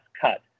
cut